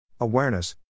Awareness